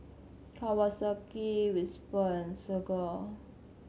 Kawasaki Whisper and Desigual